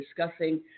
discussing